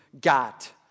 got